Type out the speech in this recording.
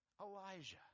Elijah